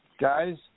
guys